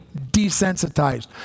desensitized